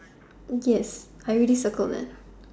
yes I already circled them